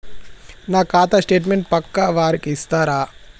నా ఖాతా స్టేట్మెంట్ పక్కా వారికి ఇస్తరా?